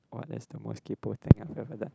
what is the most kaypoh I've ever done